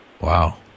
Wow